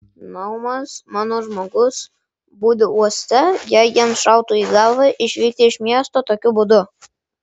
naumas mano žmogus budi uoste jei jiems šautų į galvą išvykti iš miesto tokiu būdu